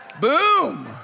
Boom